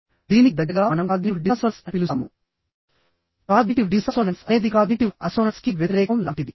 దీనికి దగ్గరగా మనం కాగ్నిటివ్ డిసాసోనెన్స్ అని పిలుస్తాము కాగ్నిటివ్ డిసాసోనెన్స్ అనేది కాగ్నిటివ్ అస్సోనన్స్ కి వ్యతిరేకం లాంటిది